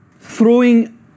throwing